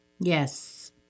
Yes